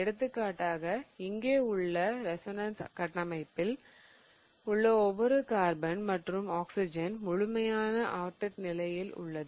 எடுத்துக்காட்டாக இங்கே உள்ள ரெசோனன்ஸ் கட்டமைப்பில் உள்ள ஒவ்வொரு கார்பன் மற்றும் ஆக்சிஜன் முழுமையான ஆக்டெட் நிலையில் உள்ளது